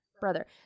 Brother